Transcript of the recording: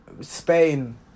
Spain